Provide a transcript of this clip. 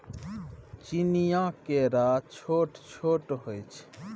चीनीया केरा छोट छोट होइ छै